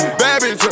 baby